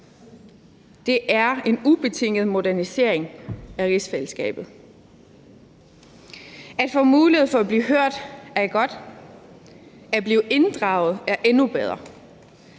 Det er en ubetinget modernisering af rigsfællesskabet. At få mulighed for at blive hørt er godt, at blive inddraget er endnu bedre.